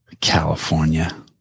California